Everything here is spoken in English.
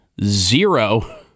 Zero